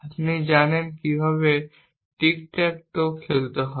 আপনি জানেন কিভাবে টিক ট্যাক টো খেলতে হয়